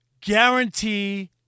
guarantee